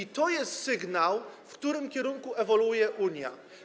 I to jest sygnał, w którym kierunku ewoluuje Unia.